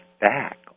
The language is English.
back